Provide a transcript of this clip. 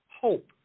hope